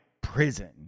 prison